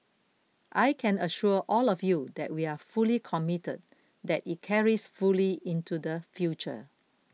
I can assure all of you that we are fully committed that it carries fully into the future